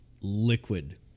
liquid